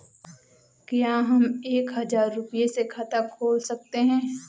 क्या हम एक हजार रुपये से खाता खोल सकते हैं?